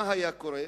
מה היה קורה?